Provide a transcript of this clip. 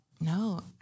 No